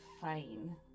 fine